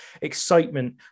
excitement